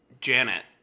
Janet